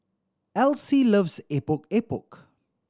Elyse loves Epok Epok